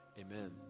amen